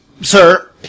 Sir